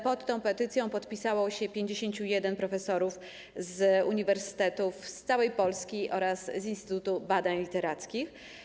Pod tą petycją podpisało się 51 profesorów z uniwersytetów z całej Polski oraz Instytutu Badań Literackich.